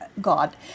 God